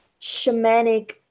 shamanic